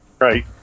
Right